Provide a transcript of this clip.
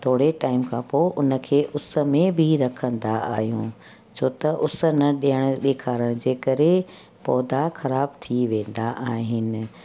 थोरे टाएम खां पोइ उनखे उनमें बि रखंदा आहियूं छो त उस न ॾियण ॾेखारण जे करे पोधा ख़राब थी वेंदा आहिनि